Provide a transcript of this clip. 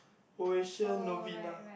Oasia Novena